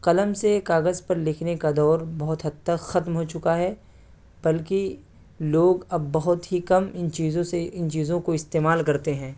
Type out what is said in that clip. قلم سے کاغذ پر لکھنے کا دور بہت حد تک ختم ہو چکا ہے بلکہ لوگ اب بہت ہی کم ان چیزوں سے ان چیزوں کو استعمال کرتے ہیں